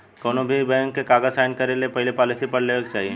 कौनोभी बैंक के कागज़ साइन करे से पहले पॉलिसी पढ़ लेवे के चाही